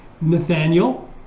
Nathaniel